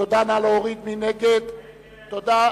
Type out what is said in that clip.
תודה.